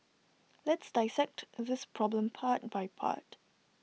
let's dissect this problem part by part